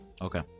Okay